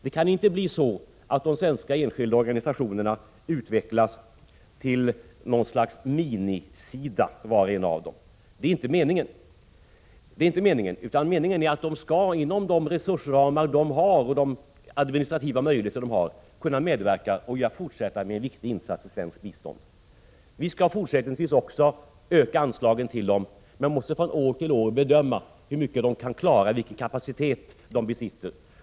Det kan inte bli så att var och en av de svenska enskilda organisationerna utvecklas till något slags mini-SIDA. Det är inte meningen, utan meningen är att dessa organisationer inom de resursramar och de administrativa möjligheter som de har skall kunna medverka till och fortsätta en viktig insats inom svenskt bistånd. Vi skall också fortsättningsvis öka anslagen till dessa organisationer, men vi måste från år till år bedöma hur mycket organisationerna kan klara och vilken kapacitet de besitter.